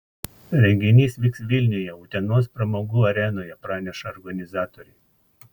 renginys vyks vilniuje utenos pramogų arenoje praneša organizatoriai